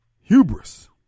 hubris